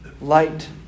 light